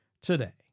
today